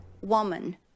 woman